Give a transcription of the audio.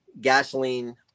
Gasoline